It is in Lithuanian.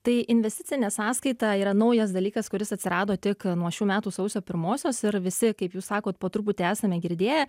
tai investicinė sąskaita yra naujas dalykas kuris atsirado tik nuo šių metų sausio pirmosios ir visi kaip jūs sakot po truputį esame girdėję